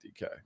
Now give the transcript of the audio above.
DK